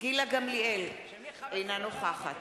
גילה גמליאל, אינה נוכחת